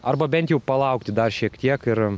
arba bent jau palaukti dar šiek tiek ir